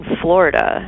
Florida